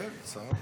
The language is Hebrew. כן, שר הביטחון.